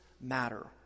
matter